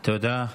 תודה.